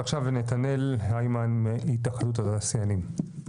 ועכשיו נתנאל היימן מהתאחדות התעשיינים.